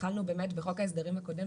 התחלנו בחוק ההסדרים הקודם,